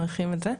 מעריכים את זה.